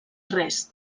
res